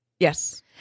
Yes